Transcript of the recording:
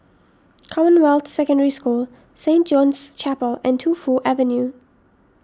Commonwealth Secondary School Saint John's Chapel and Tu Fu Avenue